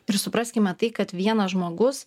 ir supraskime tai kad vienas žmogus